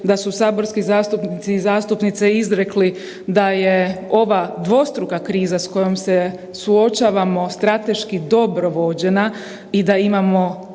da su saborski zastupnici i zastupnice izrekli da je ova dvostruka kriza s kojom se suočavamo strateški dobro vođena i da imamo